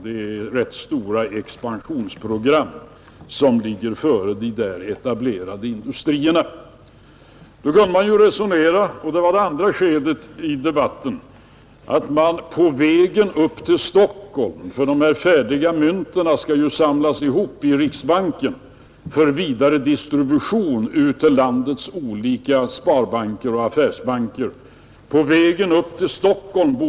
Det är rätt stora expansionsprogram som ligger framför de där etablerade industrierna, Nu kunde man resonera sig till — det var det andra skälet i debatten — att man på vägen upp till Stockholm lämpligen borde kunna stanna till någonstans och se till att ämnena blev präglade till mynt.